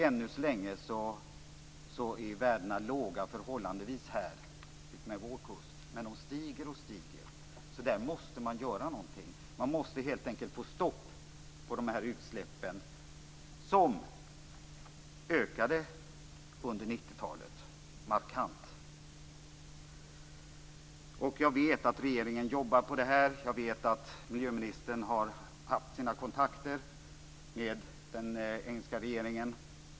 Ännu så länge är värdena förhållandevis låga utmed vår kust, men de stiger och stiger. Där måste man göra någonting. Man måste helt enkelt få stopp på dessa utsläpp, som ökade markant under 1990-talet. Jag vet att regeringen jobbar på detta. Jag vet att miljöministern har haft sina kontakter med den engelska regeringen.